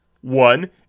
One